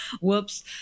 whoops